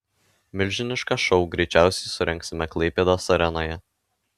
milžinišką šou greičiausiai surengsime klaipėdos arenoje